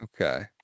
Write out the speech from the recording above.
Okay